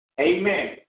Amen